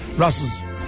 Russell's